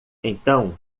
então